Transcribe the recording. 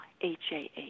H-A-H